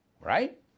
Right